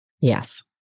Yes